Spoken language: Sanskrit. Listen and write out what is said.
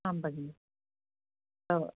आम् भगिनि